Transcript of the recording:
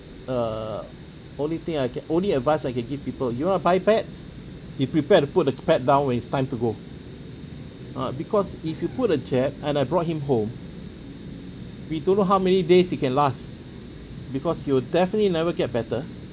err only thing I can only advice I can give people you want to buy pets be prepared to put the pet down when it's time to go ah because if you put a jab and I brought him home we don't know how many days he can last because he will definitely never get better